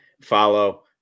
follow